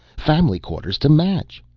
family quarters to match.